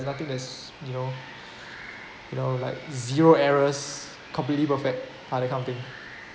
there's something that's you know you know like zero errors completely perfect ah that kind of thing